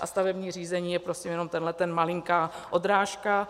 A stavební řízení je prostě jenom tahleta malinká odrážka.